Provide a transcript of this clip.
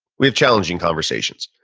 we have challenging conversations.